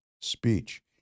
speech